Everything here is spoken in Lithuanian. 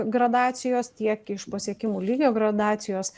gradacijos tiek iš pasiekimų lygio gradacijos